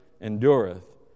endureth